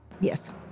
Yes